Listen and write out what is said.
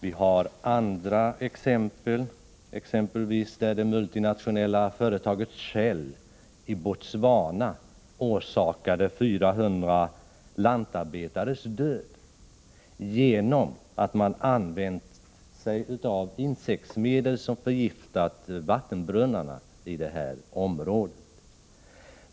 Vi har andra, exempelvis när det multinationella företaget Shell i Botswana orsakade 400 lantarbetares död genom att man använt sig av insektsmedel som förgiftat vattenbrunnarna i området.